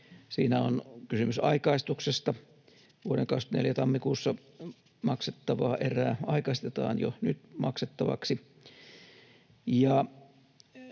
Siinä on kysymys aikaistuksesta, vuoden 24 tammikuussa maksettavaa erää aikaistetaan jo nyt maksettavaksi.